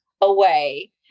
away